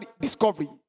discovery